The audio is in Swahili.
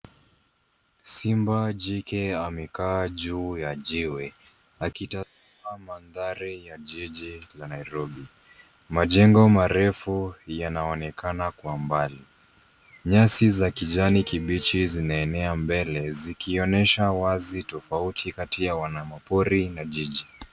Simba jike amekaa juu ya jiwe akitazama mandhari ya jiji la Nairobi. Majengo marefu yanaonekana kwa mbali. Nyasi za kijani kibichi zinaenea mbele, zikionyesha wazi tofauti kati ya wanyama pori na jiji.